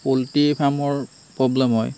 poultry ফাৰ্মৰ problem হয়